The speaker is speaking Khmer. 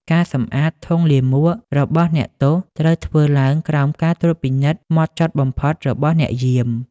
ការសម្អាតធុងលាមករបស់អ្នកទោស ត្រូវធ្វើឡើងក្រោមការត្រួតពិនិត្យហ្មត់ចត់បំផុតរបស់អ្នកយាម។